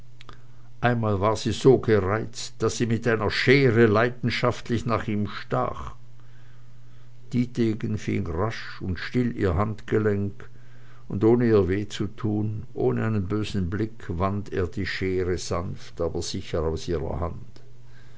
einmal war sie so gereizt daß sie mit einer schere leidenschaftlich nach ihm stach dietegen fing rasch und still ihr handgelenk und ohne ihr weh zu tun ohne einen bösen blick wand er die schere sanft aber sicher aus ihrer hand